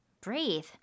breathe